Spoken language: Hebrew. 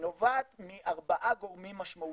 נובעת מארבעה גורמים משמעותיים.